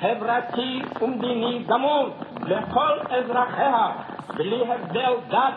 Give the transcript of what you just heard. חברתי ומדיני גמור לכל אזרחיה, בלי הבדל דת,